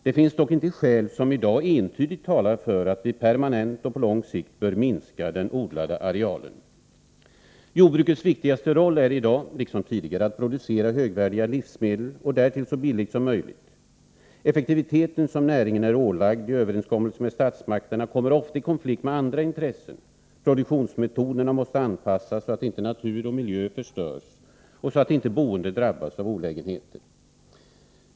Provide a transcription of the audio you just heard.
Det finns dock inte skäl som i dag entydigt talar för att vi permanent och på lång sikt bör minska den odlade arealen. Jordbrukets viktigaste roll är i dag liksom tidigare att producera högvärdiga livsmedel och därtill så billigt som möjligt. Effektiviteten, som näringen är ålagd i överenskommelse med statsmakterna, kommer ofta i konflikt med andra intressen. Produktionsmetoderna måste anpassas så, att inte natur och miljö förstörs och så att inte boende drabbas av olägenheter.